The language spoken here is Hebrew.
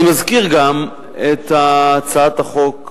אני מזכיר גם את הצעת החוק,